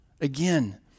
again